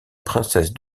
princesse